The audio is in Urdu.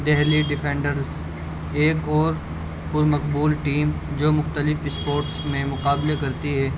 دہلی ڈیفینڈرس ایک اور پر مقبول ٹیم جو مختلف اسپورٹس میں مقابلے کرتی ہے